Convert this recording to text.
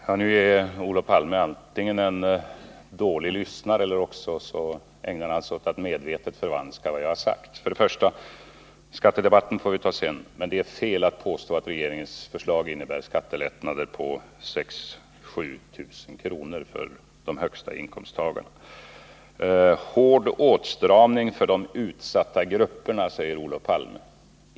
Herr talman! Nu är Olof Palme antingen en dålig lyssnare eller också ägnar han sig åt att medvetet förvanska vad jag har sagt. Till att börja med: skattedebatten får vi ta sedan, men det är fel att påstå att regeringens förslag innebär skattelättnader på 6 000-7 000 kr. för dem som har de högsta inkomsterna. Det blir hård åtstramning för de utsatta grupperna, säger Olof Palme.